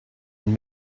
and